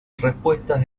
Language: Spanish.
respuestas